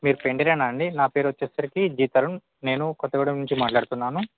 మీరు పైంటరేనా అండి నా పేరు వచ్చేసరికి జిత్తాలం నేను కొత్తగూడెం నుంచి మాట్లాడుతున్నాను